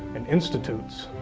and institutes.